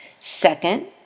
Second